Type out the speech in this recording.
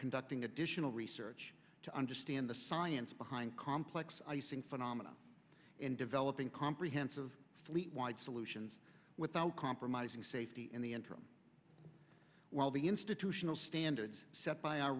conducting additional research to understand the science behind complex icing phenomena and developing comprehensive fleet wide solutions without compromising safety in the interim while the institutional standards set by our